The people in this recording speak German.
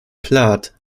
plath